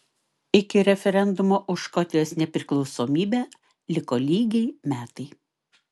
iki referendumo už škotijos nepriklausomybę liko lygiai metai